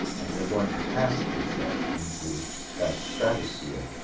and you're going past yourself into that stratosphere,